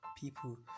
people